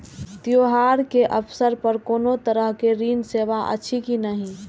त्योहार के अवसर पर कोनो तरहक ऋण सेवा अछि कि नहिं?